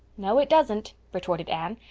no, it doesn't, retorted anne.